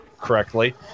correctly